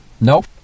Nope